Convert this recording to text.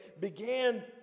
began